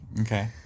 Okay